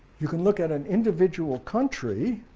you can look at an individual country,